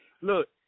Look